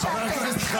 תשתקי את.